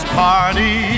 party